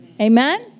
Amen